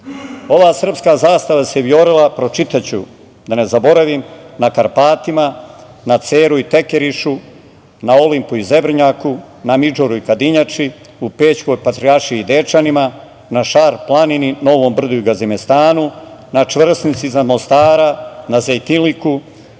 Ova srpska zastava se vijorila, pročitaću da ne zaboravim: na Karpatima, na Ceru i Tekerišu, Olimpu i Zebrinjaku, na Midžoru i Kadinjači, u Pećkoj patrijaršiji i Dečanima, na Šar-planini, Novom Brdu i Gazimestanu, na Čvrsnici iznad Mostara, na Zejtilniku,